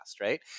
right